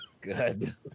good